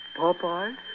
Popeye